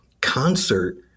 concert